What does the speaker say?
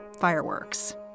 fireworks